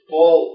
Paul